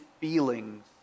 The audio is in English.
feelings